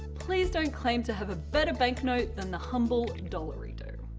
please don't claim to have a better banknote than the humble dollarydoo.